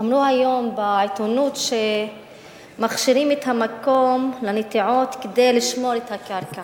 אמרו היום בעיתונות ש"מכשירים את המקום לנטיעות כדי לשמור את הקרקע".